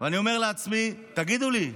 ואני אומר לעצמי: תגידו לי,